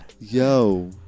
Yo